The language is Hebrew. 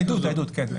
העדות, כן.